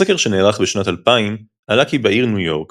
בסקר שנערך בשנת 2000 עלה כי בעיר ניו יורק